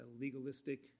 legalistic